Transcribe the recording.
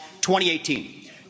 2018